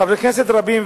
חברי כנסת רבים,